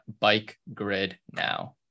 bikegridnow